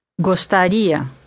gostaria